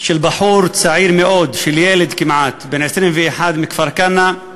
של בחור צעיר מאוד, של ילד כמעט, בן 21, מכפר-כנא,